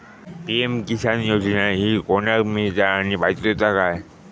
PM Kisan योजना ही कोणाक मिळता आणि पात्रता काय?